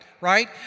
right